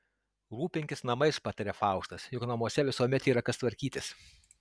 rūpinkis namais pataria faustas juk namuose visuomet yra kas tvarkytis